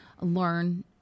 learn